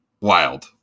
Wild